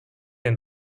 and